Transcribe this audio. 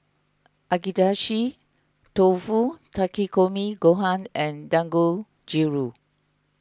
Agedashi Dofu Takikomi Gohan and Dangojiru